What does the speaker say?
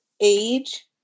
age